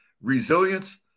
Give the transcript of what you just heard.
Resilience